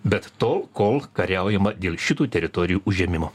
bet tol kol kariaujama dėl šitų teritorijų užėmimo